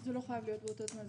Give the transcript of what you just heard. זה לא חייב להיות באותו זמן,